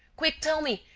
quick, tell me.